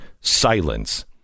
Silence